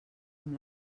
amb